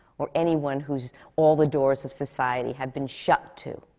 or anyone who, all the doors of society have been shut to.